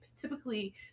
Typically